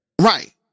Right